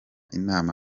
inama